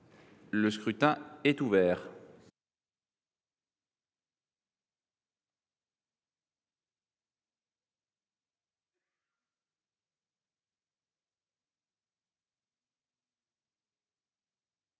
Le scrutin est ouvert.